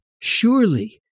Surely